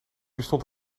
bestond